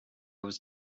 was